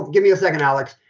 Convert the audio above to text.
give me a second, alex.